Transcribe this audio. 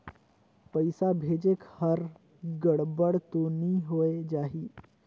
पइसा भेजेक हर गड़बड़ तो नि होए जाही?